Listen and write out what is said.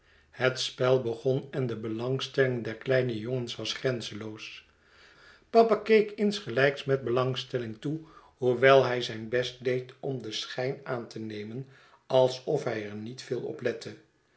het spel begon en de belangstelling der kieine jongens was grenzeloos papa keek insgelijks met belangstelling toe hoewel hij zijn best deed om den schijn aan te nemen alsof hij er niet veel